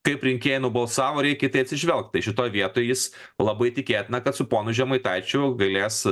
taip rinkėjai nubalsavo reikia į tai atsižvelgt tai šitoj vietoj jis labai tikėtina kad su ponu žemaitaičiu galės